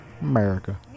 America